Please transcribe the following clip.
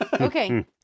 Okay